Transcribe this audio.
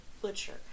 butcher